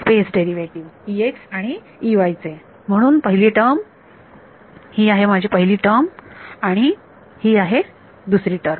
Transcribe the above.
विद्यार्थी space space derivative आणि चे म्हणून पहिली टर्म ही आहे पहिली टर्म आणि ही आहे दुसरी टर्म